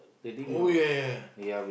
oh ya